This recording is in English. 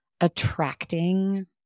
attracting